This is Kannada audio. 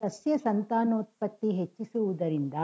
ಸಸ್ಯ ಸಂತಾನೋತ್ಪತ್ತಿ ಹೆಚ್ಚಿಸುವುದರಿಂದ